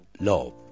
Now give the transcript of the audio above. Love